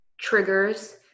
triggers